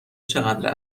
چقدر